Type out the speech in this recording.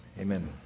Amen